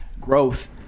growth